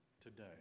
today